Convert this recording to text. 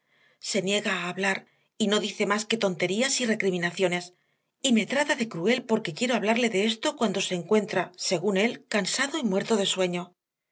se niega a hablar y no dice más que tonterías y recriminaciones y me trata de cruel porque quiero hablarle de esto cuando se encuentra según él cansado y muerto de sueño